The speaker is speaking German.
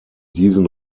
diesen